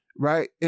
Right